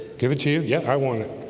give it to you yet. i want it